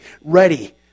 ready